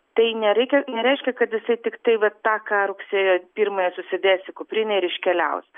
tai nereikia nereiškia kad jisai tiktai vat tą ką rugsėjo pirmąją susidės į kuprinę ir iškeliaus